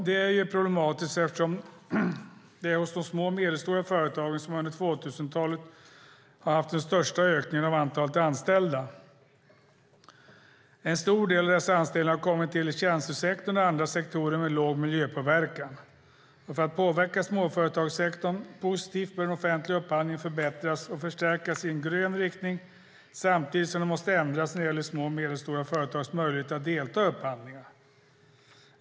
Den är problematisk därför att det är de små och medelstora företagen som under 2000-talet har haft den största ökningen av antalet anställda. En stor del av dessa anställningar har kommit till i tjänstesektorn och andra sektorer med låg miljöpåverkan. För att påverka småföretagssektorn positivt bör den offentliga upphandlingen förbättras och förstärkas i en grön riktning samtidigt som den måste förändras när det gäller de små och medelstora företagens möjligheter att delta i upphandlingar.